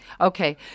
Okay